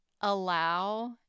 allow